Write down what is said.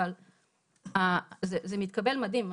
אבל זה מתקבל מדהים,